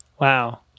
Wow